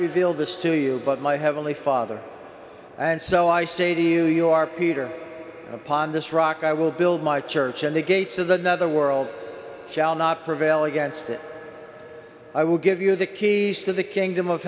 revealed this to you but my heavenly father and so i say to you you are busy peter upon this rock i will build my church and the gates of the netherworld shall not prevail against it i will give you the keys to the kingdom of